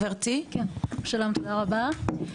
תודה רבה.